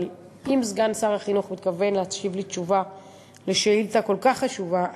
אבל אם סגן שר החינוך מתכוון להשיב לי על שאילתה כל כך חשובה,